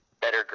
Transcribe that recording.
better